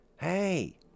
Hey